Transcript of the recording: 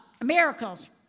miracles